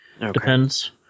Depends